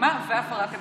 מרמה והפרת אמונים?